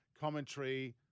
Commentary